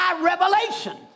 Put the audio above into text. revelation